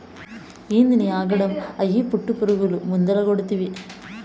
ఏందినీ ఆగడం, అయ్యి పట్టుపురుగులు మందేల కొడ్తివి